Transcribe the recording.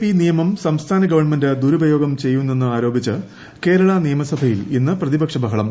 P നിയമം സംസ്ഥാന government ദുരുപയോഗം ചെയ്യുന്നെന്ന് ആരോപിച്ച് കേരള നിയമസഭയിൽ ഇന്ന് പ്രതിപക്ഷ ബഹളം